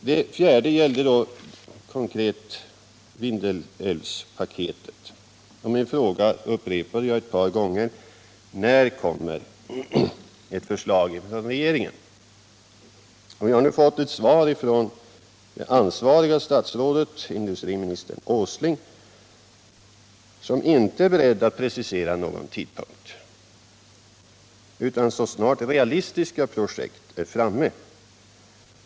Min fjärde fråga gällde konkret Vindelälvspaketet. Jag upprepade min fråga ett par gånger: När kommer ett förslag från regeringen? Jag har nu fått ett svar från det ansvariga statsrådet, industriministern Åsling, som inte är beredd att precisera någon tidpunkt. Industriministern svarar att stöd skall utgå när realistiska projekt föreligger.